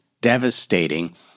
devastating